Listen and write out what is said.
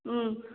ꯎꯝ